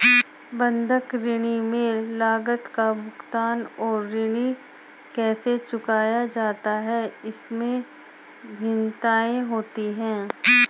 बंधक ऋण में लागत का भुगतान और ऋण कैसे चुकाया जाता है, इसमें भिन्नताएं होती हैं